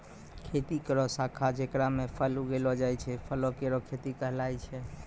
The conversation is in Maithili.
खेती केरो शाखा जेकरा म फल उगैलो जाय छै, फलो केरो खेती कहलाय छै